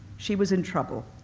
she was in trouble.